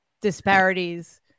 disparities